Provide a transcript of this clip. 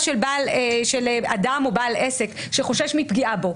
של אדם או בעל עסק שחושש מפגיעה בו.